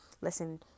Listen